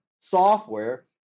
software